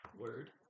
Word